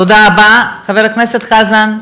תודה רבה, חבר הכנסת חזן.